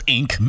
Inc